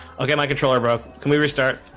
i'll get my controller bro. can we restart?